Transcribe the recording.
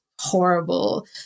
horrible